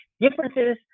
differences